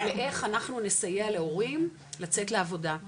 לאיך אנחנו נסייע להורים לצאת לעבודה,